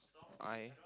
I